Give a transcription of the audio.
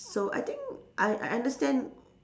so I think I I understand